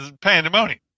pandemonium